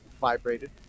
vibrated